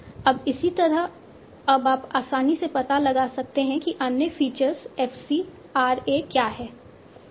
अब इसी तरह अब आप आसानी से पता लगा सकते हैं कि अन्य फीचर्स f c RA क्या हैं